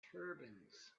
turbans